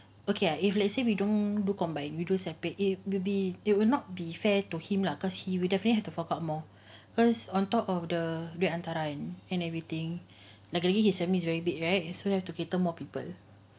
okay ah if let's say we don't do combine we do separately will be it will not be fair to him lah because he will definitely have to fork out more first on top of the duit hantaran and everything like his family is very big right so you have to cater more people